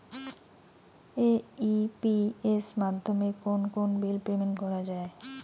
AEPS মাধ্যমে কোন কোন বিল পেমেন্ট করা যায়?